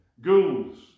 ghouls